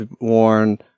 worn